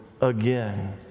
again